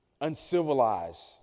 uncivilized